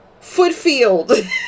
Footfield